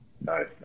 Nice